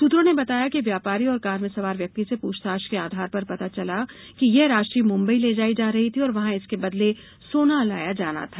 सुत्रों ने बताया कि व्यापारी और कार में सवार व्यक्ति से पूछताछ के आधार पर पता चला है कि यह रांशि मुम्बई ले जाई जा रही थी और वहां से इसके बदले सोना लाया जाना था